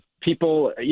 people